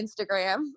Instagram